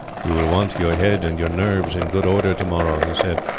you will want your head and your nerves in good order to-morrow, he said.